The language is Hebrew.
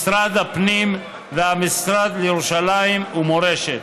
משרד הפנים והמשרד לירושלים ומורשת.